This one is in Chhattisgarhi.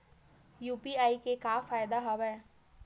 यू.पी.आई के का फ़ायदा हवय?